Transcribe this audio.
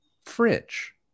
Fridge